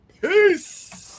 Peace